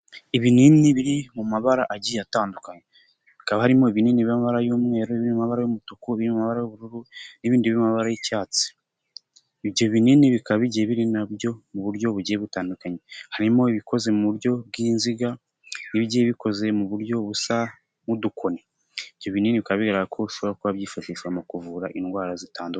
Ibinini biri mu mabara agiye atandukanye, hakaba harimo ibinini biri mu mabara y'umweru, ibiri mu mabara y'umutuku, ibiri mu mabara y'ubururu n'ibindi biri mu mabara y'icyatsi. Ibyo binini bikaba biri nabyo mu buryo bugiye butandukanye, harimo ibikoze mu buryo bw'inziga n'ibigiye bikoze mu buryo busa n'udukoni. Ibyo binini bigaragara ko bishobora kuba byifashishwa mu kuvura indwara zitandu...